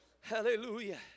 Hallelujah